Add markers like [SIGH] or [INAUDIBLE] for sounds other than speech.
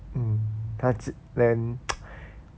mm 她 [NOISE] then